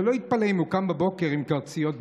שלא יתפלא אם קם בבוקר עם קרציות בראש.